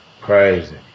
Crazy